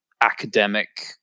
academic